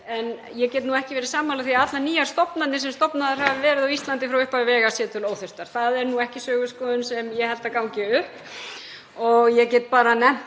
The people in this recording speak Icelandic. en ég get ekki verið sammála því að allar nýjar stofnanir sem stofnaðar hafa verið á Íslandi frá upphafi vega séu til óþurftar. Það er ekki söguskoðun sem ég held að gangi upp. Ég get bara nefnt